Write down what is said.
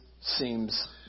seems